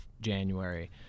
January